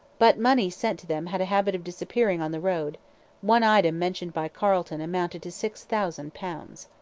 but money sent to them had a habit of disappearing on the road one item mentioned by carleton amounted to six thousand pounds.